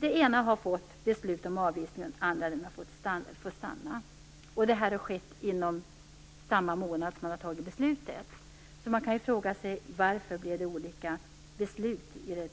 Den ena familjen har fått beslut om avvisning, och den andra har fått stanna. De här besluten har fattats inom samma månad. Man kan fråga sig varför det blev olika beslut.